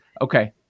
Okay